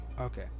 Okay